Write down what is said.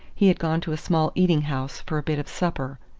he had gone to a small eating-house for a bit of supper.